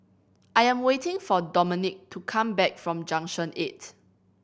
I am waiting for Domenic to come back from Junction Eight